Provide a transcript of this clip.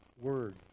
word